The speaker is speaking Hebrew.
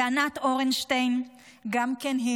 ולענת אורנשטיין גם כן,